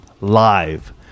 live